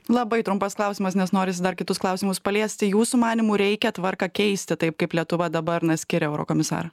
labai trumpas klausimas nes norisi dar kitus klausimus paliesti jūsų manymu reikia tvarką keisti taip kaip lietuva dabar na skiria eurokomisarą